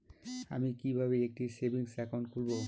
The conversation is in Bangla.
আমি কিভাবে একটি সেভিংস অ্যাকাউন্ট খুলব?